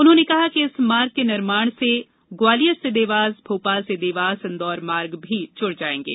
उन्होंने कहा कि इस मार्ग के निर्माण से ग्वालियर से देवास भोपाल से देवास इन्दौर मार्ग भी जुड़ जाएगें